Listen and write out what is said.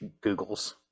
Googles